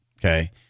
Okay